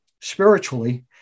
spiritually